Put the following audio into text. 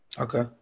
Okay